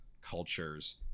cultures